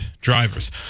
drivers